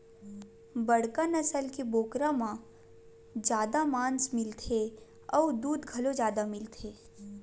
बड़का नसल के बोकरा म जादा मांस मिलथे अउ दूद घलो जादा मिलथे